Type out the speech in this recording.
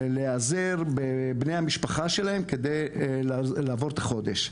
להיעזר בבני המשפחה שלהם כדי לעבור את החודש.